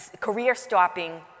career-stopping